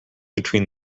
between